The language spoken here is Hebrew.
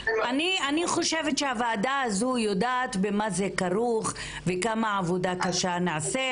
אני חושבת שהוועדה הזו יודעת במה זה כרוך וכמה עבודה קשה נעשית-